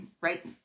right